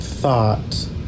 thought